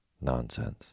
Nonsense